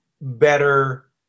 better